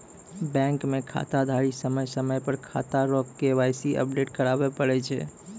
bank मे खाताधारी समय समय पर खाता रो के.वाई.सी अपडेट कराबै पड़ै छै